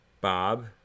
Bob